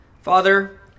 Father